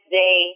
day